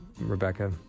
Rebecca